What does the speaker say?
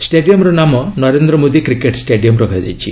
ଷ୍ଟାଡିୟମ୍ର ନାମ 'Narendra Modi cricket stadium' ରଖାଯାଇଛି